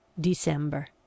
December